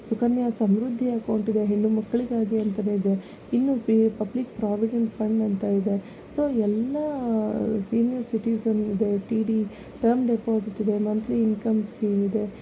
ಸುಕನ್ಯಾ ಸಮೃದ್ಧಿ ಅಕೌಂಟಿದೆ ಹೆಣ್ಣುಮಕ್ಕಳಿಗಾಗಿ ಅಂತಾನೇ ಇದೆ ಇನ್ನು ಬೇ ಪಬ್ಲಿಕ್ ಪ್ರೋವಿಡೆಂಟ್ ಫಂಡ್ ಅಂತ ಇದೆ ಸೊ ಎಲ್ಲ ಸೀನಿಯರ್ ಸಿಟಿಜನ್ ಇದೆ ಟಿ ಡಿ ಟರ್ಮ್ ಡೆಪಾಸಿಟ್ ಇದೆ ಮಂತ್ಲಿ ಇನ್ಕಮ್ ಸ್ಕೀಮ್ ಇದೆ